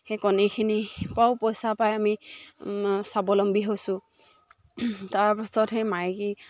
সেই কণীখিনি পৰাও পইচা পাই আমি স্বাৱলম্বী হৈছোঁ তাৰপাছত সেই মাইকী